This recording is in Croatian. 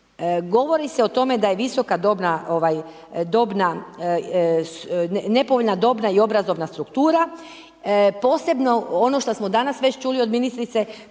Govori se o tome da je visoka dobna, dobna, nepovoljna dobna i obrazovna struktura, posebno ono što smo danas već čuli od ministrice, poseban